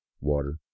water